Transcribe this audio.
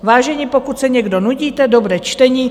Vážení, pokud se někdo nudíte, dobré čtení.